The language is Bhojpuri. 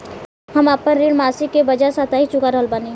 हम आपन ऋण मासिक के बजाय साप्ताहिक चुका रहल बानी